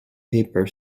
paper